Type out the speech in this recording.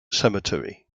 cemetery